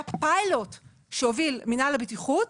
היה פיילוט שהוביל מינהל הבטיחות,